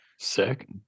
sick